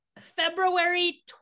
february